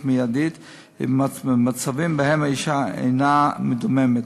מיידית במצבים שבהם האישה אינה מדממת.